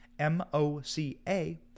M-O-C-A